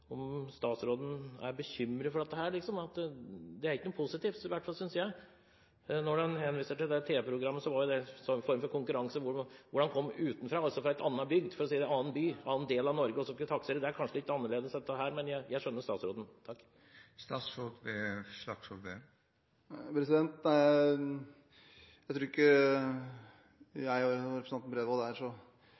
om statsråden er bekymret for dette. Det er i hvert fall ikke noe positivt, synes jeg. Når det henvises til det tv-programmet, var jo det en form for konkurranse, hvor de kom utenfra – fra en annen bygd, en annen by eller en annen del av Norge – og skulle taksere. Det er kanskje litt annerledes enn dette, men jeg skjønner statsråden. Jeg tror ikke jeg og representanten Bredvold er så